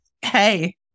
hey